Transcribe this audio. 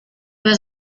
was